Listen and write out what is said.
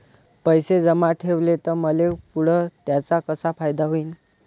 पैसे जमा ठेवले त मले पुढं त्याचा कसा फायदा होईन?